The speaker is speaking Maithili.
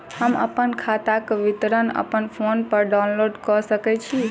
हम अप्पन खाताक विवरण अप्पन फोन पर डाउनलोड कऽ सकैत छी?